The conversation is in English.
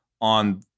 on